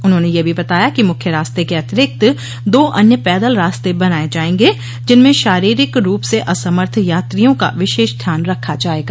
उन्होंने यह भी बताया कि मुख्य रास्ते के अतिरिक्त दो अन्य पैदल रास्ते बनाए जांएगे जिनमें शारीरिक रूप से असमर्थ यात्रियों का विशेष ध्यान रखा जाएगा